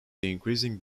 increasing